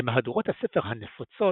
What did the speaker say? במהדורות הספר הנפוצות,